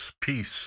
Peace